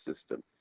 system